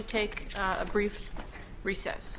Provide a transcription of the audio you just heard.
to take a brief recess